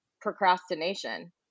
procrastination